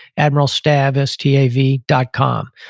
admiral stav, s t a v, dot com.